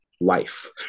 life